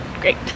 Great